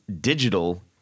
digital